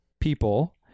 people